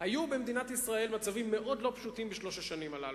היו במדינת ישראל מצבים מאוד לא פשוטים בשלוש השנים הללו,